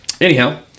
anyhow